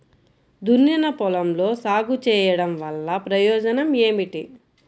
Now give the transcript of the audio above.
దున్నిన పొలంలో సాగు చేయడం వల్ల ప్రయోజనం ఏమిటి?